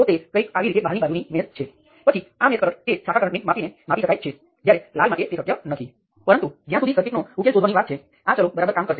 તે રીતે તમને તેમાંથી એકને લેવાથી શું થાય છે તેનો સારો ખ્યાલ હશે